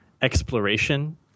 exploration